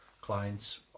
clients